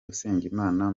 usengimana